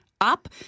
up